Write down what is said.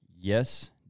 Yes